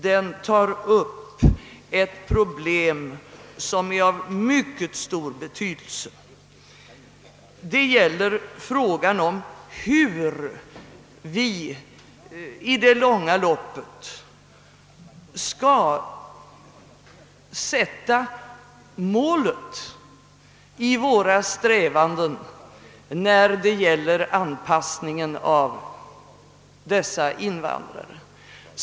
De tar upp ett problem som är av synnerligen stor betydelse, nämligen frågan om vilket mål vi i det långa loppet skall sätta för våra strävanden när det gäller invandrarnas anpassning.